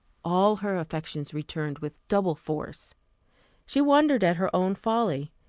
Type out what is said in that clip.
all her affections returned with double force she wondered at her own folly,